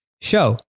show